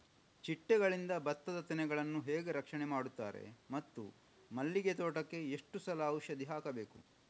ಚಿಟ್ಟೆಗಳಿಂದ ಭತ್ತದ ತೆನೆಗಳನ್ನು ಹೇಗೆ ರಕ್ಷಣೆ ಮಾಡುತ್ತಾರೆ ಮತ್ತು ಮಲ್ಲಿಗೆ ತೋಟಕ್ಕೆ ಎಷ್ಟು ಸಲ ಔಷಧಿ ಹಾಕಬೇಕು?